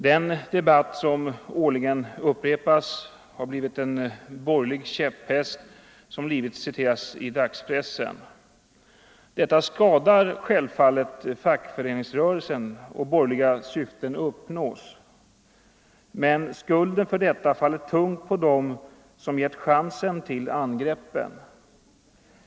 Den debatt som årligen upprepas har blivit en borgerlig käpphäst och citeras livligt i dagspressen. Detta skadar självfallet fackföreningsrörelsen, och borgerliga syften uppnås. Men skulden för detta faller tungt på dem som gett chansen till angreppen.